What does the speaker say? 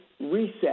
reset